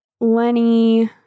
Lenny